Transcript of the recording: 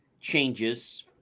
changes